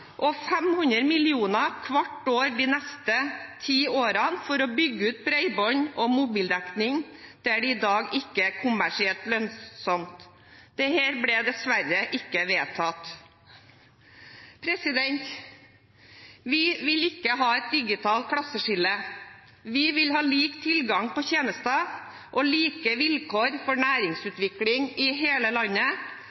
og 500 mill. kr hvert år de neste ti årene for å bygge ut bredbånd og mobildekning der det i dag ikke er kommersielt lønnsomt. Dette ble dessverre ikke vedtatt. Vi vil ikke ha et digitalt klasseskille. Vi vil ha lik tilgang på tjenester og like vilkår for